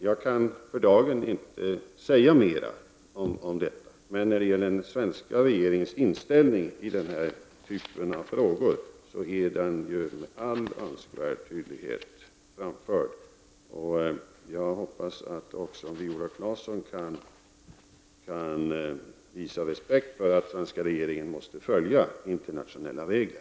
För dagen kan jag inte säga mera, men när det gäller den svenska regeringens inställning i denna typ av frågor är den med all önskvärd tydlighet framförd. Jag hoppas att också Viola Claesson kan visa respekt för att den svenska regeringen måste följa internationella regler.